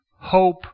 hope